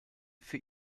für